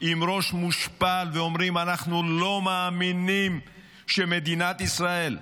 עם ראש מושפל ואומרים: אנחנו לא מאמינים שמדינת ישראל,